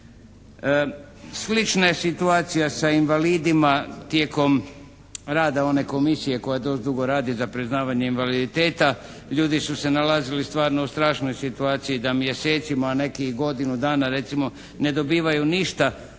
Slična je situacija sa invalidima tijekom rada one komisije koja dosta dugo radi za priznavanje invaliditeta. Ljudi su se nalazili stvarno u strašnoj situaciji da mjesecima neki i godinu dana recimo ne dobivaju ništa